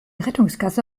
rettungsgasse